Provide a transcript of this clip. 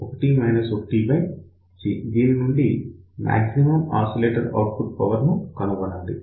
PoutPsat1 1G దీని నుండి maximum oscillator output power ను కనుగొనాలి